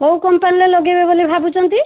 କେଉଁ କମ୍ପାନୀରେ ଲଗେଇବେ ବୋଲି ଭାବୁଛନ୍ତି